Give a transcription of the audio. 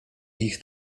ich